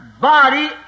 body